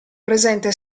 presente